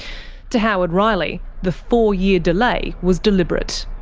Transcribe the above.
to howard riley, the four-year delay was deliberate.